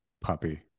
puppy